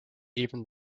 even